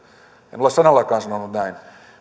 ole sanallakaan sanonut näin